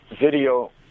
video